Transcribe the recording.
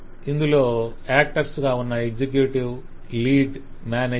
ఇందులో యాక్టర్స్ గా ఉన్న ఎగ్జిక్యూటివ్ లీడ్ మేనేజర్